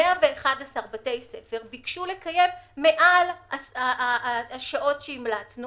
111 בתי ספר בקשו לקיים מעל השעות שהמלצנו